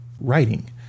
writing